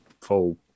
full